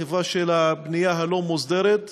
החברה של הבנייה הלא-מוסדרת.